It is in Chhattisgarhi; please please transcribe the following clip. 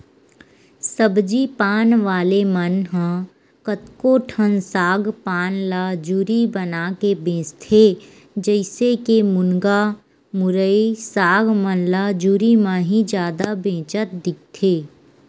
सब्जी पान वाले मन ह कतको ठन साग पान ल जुरी बनाके बेंचथे, जइसे के मुनगा, मुरई, साग मन ल जुरी म ही जादा बेंचत दिखथे